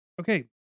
Okay